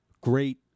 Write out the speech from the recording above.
great